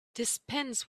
dispense